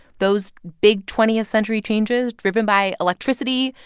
those big twentieth century changes driven by electricity,